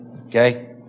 Okay